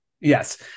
Yes